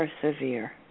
persevere